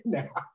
now